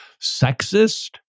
sexist